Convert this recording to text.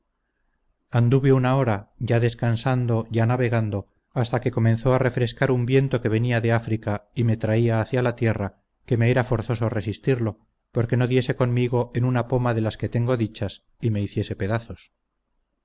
anduve una hora ya descansando ya navegando hasta que comenzó a refrescar un viento que venía de áfrica y me traía hacia la tierra que me era forzoso resistirlo porque no diese conmigo en una poma de las que tengo dichas y me hiciese pedazos